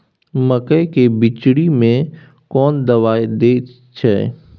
मकई के बिचरी में कोन दवाई दे छै?